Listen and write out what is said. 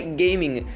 gaming